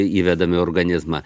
įvedam į organizmą